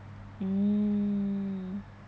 mm